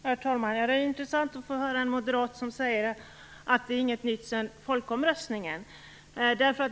Herr talman! Det är intressant att få höra en moderat som säger att det inte är någonting nytt sedan folkomröstningen.